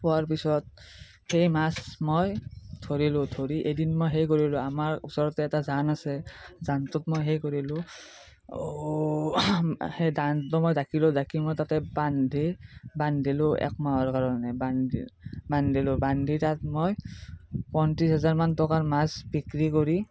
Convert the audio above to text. পোৱাৰ পিছত সেই মাছ মই ধৰিলোঁ ধৰি এদিন মই হেৰি কৰিলোঁ আমাৰ ওচৰতে এটা জান আছে জানটোত মই হেৰি কৰিলোঁ সেই জানটো মই ডাকিলো ডাকি মই তাতে বান্ধি বান্ধিলো একমাহৰ কাৰণে বান্ধি বান্ধিলো বান্ধি তাত মই পয়ত্ৰিশ হাজাৰ মান টকাৰ মাছ বিক্ৰী কৰি